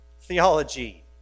Theology